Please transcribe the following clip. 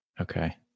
Okay